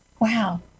Wow